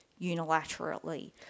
unilaterally